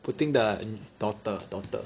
Putin 的 daughter daughter